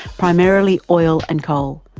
primarily oil and coal.